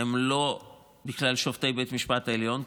הם לא שופטי בית המשפט העליון,